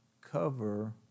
Cover